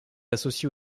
associé